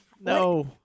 No